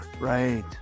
Right